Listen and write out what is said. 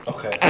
Okay